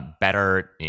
better